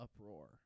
uproar